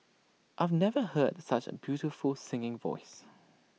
I've never heard such A beautiful singing voice